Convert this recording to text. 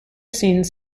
scenes